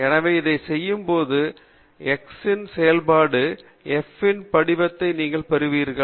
எனவே இதைச் செய்யும்போது x இன் செயல்பாடு f இன் படிவத்தை நீங்கள் அறிவீர்கள்